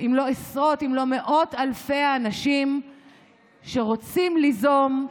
אם לא עשרות או מאות אלפי אנשים שרוצים ליזום,